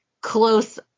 close